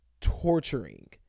torturing